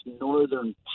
northern